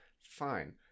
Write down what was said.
fine